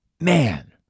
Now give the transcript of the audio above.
Man